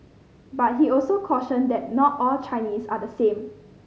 but he also cautioned that not all Chinese are the same